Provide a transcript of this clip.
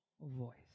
voice